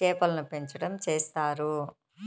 చేపలను పెంచటం చేస్తారు